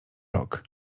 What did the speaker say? rok